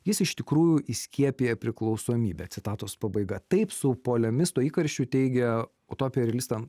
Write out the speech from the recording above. jis iš tikrųjų įskiepija priklausomybę citatos pabaiga taip su polemisto įkarščiu teigė utopija realistam